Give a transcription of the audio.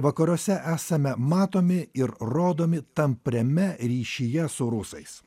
vakaruose esame matomi ir rodomi tampriame ryšyje su rusais